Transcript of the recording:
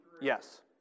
Yes